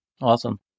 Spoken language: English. Awesome